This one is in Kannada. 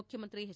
ಮುಖ್ಯಮಂತ್ರಿ ಎಚ್